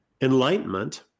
Enlightenment